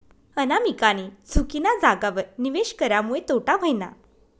अनामिकानी चुकीना जागावर निवेश करामुये तोटा व्हयना